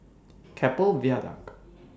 Keppel Viaduct